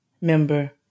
member